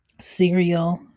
cereal